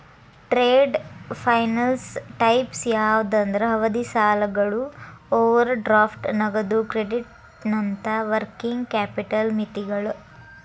trade finance types ಯಾವಂದ್ರ ಅವಧಿ ಸಾಲಗಳು ಓವರ್ ಡ್ರಾಫ್ಟ್ ನಗದು ಕ್ರೆಡಿಟ್ನಂತ ವರ್ಕಿಂಗ್ ಕ್ಯಾಪಿಟಲ್ ಮಿತಿಗಳ